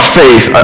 faith